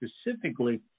specifically